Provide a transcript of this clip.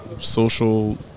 social